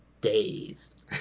days